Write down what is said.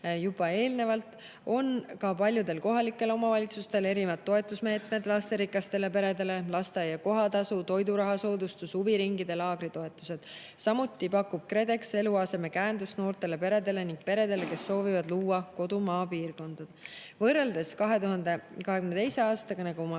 juba loetlesin, on ka paljudel kohalikel omavalitsustel erinevad toetusmeetmed lasterikastele peredele: lasteaia kohatasu [toetus], toiduraha soodustus, huviringide ja laagritoetused. Samuti pakub KredEx eluasemekäendust noortele peredele ning peredele, kes soovivad luua kodu maapiirkonda. Võrreldes 2022. aastaga, nagu ma